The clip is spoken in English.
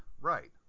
right